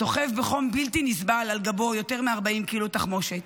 סוחב בחום בלתי נסבל על גבו יותר מ-40 קילו תחמושת,